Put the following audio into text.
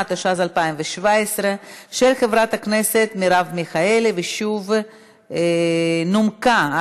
חבר הכנסת מיקי לוי.